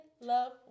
love